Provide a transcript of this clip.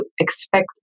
expect